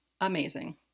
Amazing